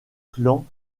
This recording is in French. clans